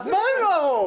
אז מה אם הם לא הרוב?